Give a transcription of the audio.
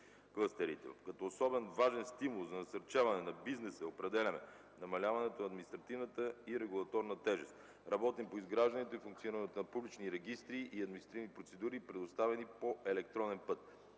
Като основен важен стимул за насърчаване на бизнеса определяме намаляването на административната и регулаторна тежест. Работим по изграждането и функционирането на публични регистри и административни процедури, предоставени по електронен път.